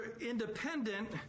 independent